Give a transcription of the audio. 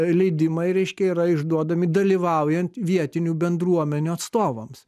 leidimai reiškia yra išduodami dalyvaujant vietinių bendruomenių atstovams